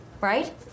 right